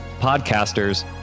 podcasters